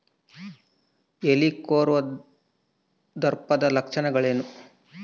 ಹೆಲಿಕೋವರ್ಪದ ಲಕ್ಷಣಗಳೇನು?